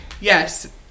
Yes